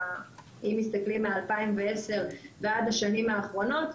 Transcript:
אם מסתכלים מ-2010 ועד השנים האחרונות,